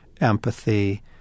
empathy